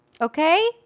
Okay